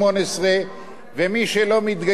ומי שלא מתגייס בגיל 18,